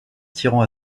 tyran